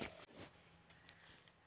खेत के हिसाब से लोन मिले है की?